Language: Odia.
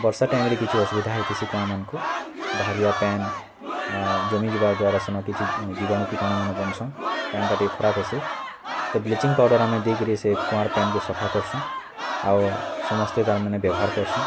ବର୍ଷା ଟାଇମ୍ରେ କିଛି ଅସୁବିଧା ହେଇଥିସି କୂଆଁମାନଙ୍କୁ ବାହାରିବା ପାନ୍ ଜମି ଯିବା ଦ୍ଵାରା ସେନ୍ କିଛି ଜୀବାଣୁ କୀଟାଣୁମାନେ ବନସନ୍ ପାନ୍ଟା ଟିକେ ଖରାପ ହେସି ତ ବ୍ଲିଚିଙ୍ଗ୍ ପାଉଡ଼ର୍ ଆମେ ଦେଇକିରି ସେ କୂଆଁର ପାନ୍ କେ ସଫା କରସୁଁ ଆଉ ସମସ୍ତେ ତା'ର୍ ମାନେ ବ୍ୟବହାର କରସୁଁ